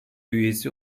üyesi